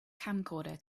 camcorder